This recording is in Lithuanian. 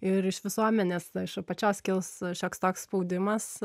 ir iš visuomenės iš apačios kils šioks toks spaudimas